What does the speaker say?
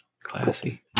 Classy